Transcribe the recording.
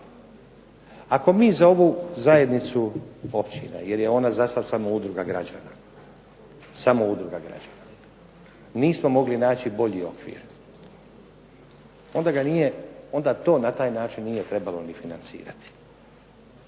Ako mi za ovu zajednicu općina, jer je ona zasad samo udruga građana, samo udruga građana, nismo mogli naći bolji okvir onda to na taj način nije trebalo ni financirati.